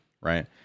right